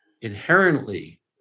inherently